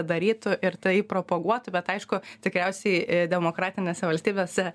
darytų ir tai propaguotų bet aišku tikriausiai demokratinėse valstybėse